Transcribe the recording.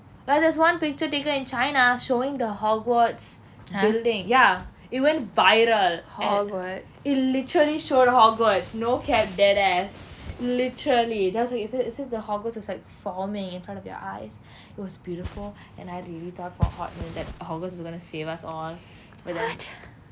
like there's one picture taken in china showing the hogwarts building ya it went viral it literally showed hogwarts no cap dead ass literally then I was like is it is it the hogwarts was like forming in front of your eyes it was beautiful and I really thought for a hot minute that hogwarts was going to save us all but then